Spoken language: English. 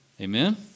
Amen